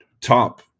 top